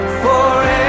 forever